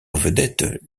vedette